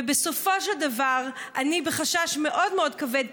ובסופו של דבר אני בחשש מאוד מאוד כבד,